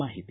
ಮಾಹಿತಿ